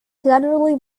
generally